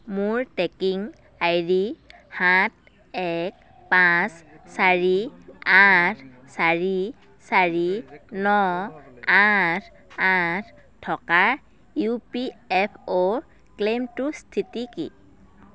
মোৰ tracking I D সাত এক পাঁচ চাৰি আঠ চাৰি চাৰি ন আঠ আঠ থকা ইউ পি এফ অ' ক্লেইমটোৰ স্থিতি কি